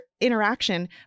interaction